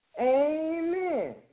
Amen